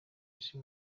isi